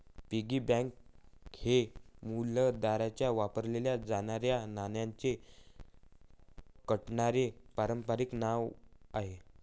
piggy bank हे मुलांद्वारे वापरल्या जाणाऱ्या नाण्यांच्या कंटेनरचे पारंपारिक नाव आहे